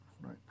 Right